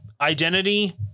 Identity